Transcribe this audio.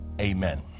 amen